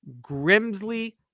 Grimsley